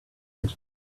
that